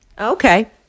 Okay